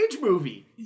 movie